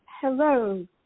Hello